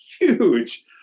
huge